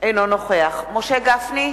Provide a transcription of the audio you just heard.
אינו נוכח משה גפני,